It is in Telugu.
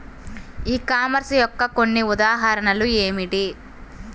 ఈ కామర్స్ యొక్క కొన్ని ఉదాహరణలు ఏమిటి?